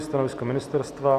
Stanovisko ministerstva?